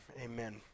amen